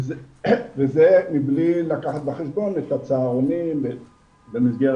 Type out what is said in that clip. וזה מבלי לקחת בחשבון את הצהרונים במסגרת